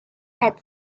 had